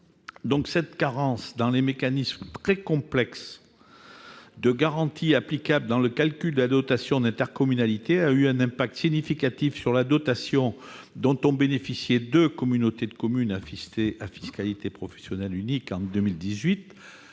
Cette carence dans les mécanismes très complexes de garantie applicables au calcul de la dotation d'intercommunalité a eu un impact significatif sur la dotation dont ont bénéficié deux communautés de communes à fiscalité professionnelle unique en 2018.